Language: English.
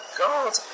god